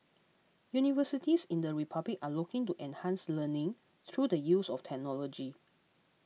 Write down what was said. universities in the Republic are looking to enhance learning through the use of technology